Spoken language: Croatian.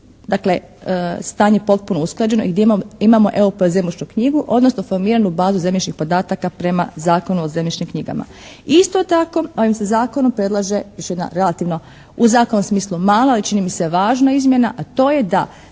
dakle stanje potpuno usklađeno i gdje imamo EOP zemljišnu knjigu, odnosno formiranju bazu zemljišnih podataka prema Zakonu o zemljišnim knjigama. Isto tako ovim se zakonom predlaže još jedna relativno u zakonskom smislu mala, ali čini mi se važna izmjena, a to je da